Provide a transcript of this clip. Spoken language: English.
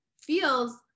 feels